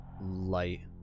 light